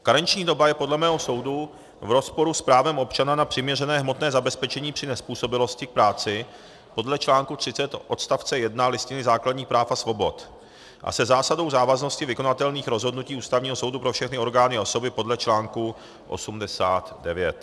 Karenční doba je podle mého soudu v rozporu s právem občana na přiměřené hmotné zabezpečení při nezpůsobilosti k práci podle článku 30 odst. 1 Listiny základních práv a svobod a se zásadou závaznosti vykonavatelných rozhodnutí Ústavního soudu pro všechny orgány a osoby podle článku 89.